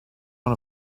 one